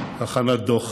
הכנת דוח